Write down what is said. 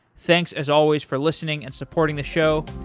thanks as always for listening and supporting the show,